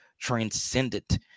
transcendent